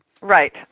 Right